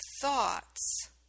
thoughts